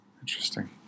Interesting